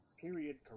period